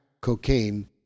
cocaine